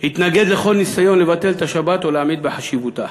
והתנגד לכל ניסיון לבטל את השבת או להמעיט בחשיבותה,